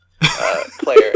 player